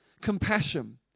compassion